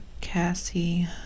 Cassie